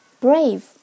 Brave